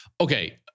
Okay